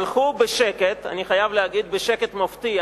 הלכו בשקט אני חייב להגיד בשקט מופתי,